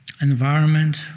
environment